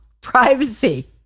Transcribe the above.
privacy